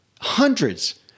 hundreds